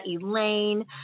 Elaine